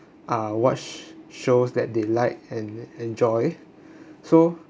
uh watch shows that they like and enjoy so